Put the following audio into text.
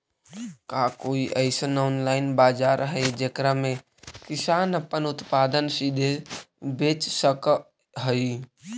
का कोई अइसन ऑनलाइन बाजार हई जेकरा में किसान अपन उत्पादन सीधे बेच सक हई?